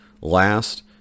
last